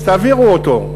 אז תעבירו אותו.